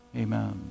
Amen